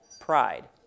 pride